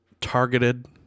targeted